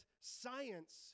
science